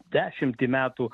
dešimtį metų